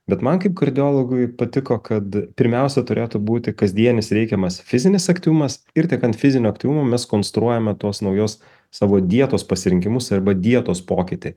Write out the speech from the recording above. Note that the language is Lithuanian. bet man kaip kardiologui patiko kad pirmiausia turėtų būti kasdienis reikiamas fizinis aktyvumas ir tik ant fizinio aktyvumo mes konstruojame tos naujos savo dietos pasirinkimus arba dietos pokytį